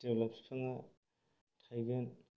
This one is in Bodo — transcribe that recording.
जेब्ला बिफाङा थायगोन